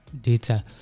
data